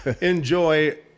enjoy